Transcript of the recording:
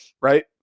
Right